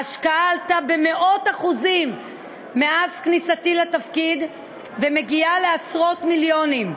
ההשקעה עלתה במאות אחוזים מאז כניסתי לתפקיד ומגיעה לעשרות מיליונים.